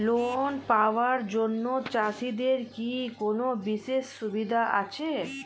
Loan পাওয়ার জন্য চাষিদের কি কোনো বিশেষ সুবিধা আছে?